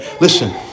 Listen